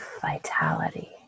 vitality